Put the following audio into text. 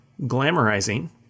glamorizing